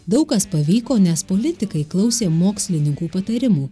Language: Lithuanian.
daug kas pavyko nes politikai klausė mokslininkų patarimų